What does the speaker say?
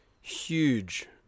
huge